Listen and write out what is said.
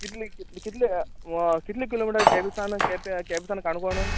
कितले कितले व कितले किलोमिटर केंप सावन केंप्यां केंप् सावन काणकोण